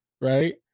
Right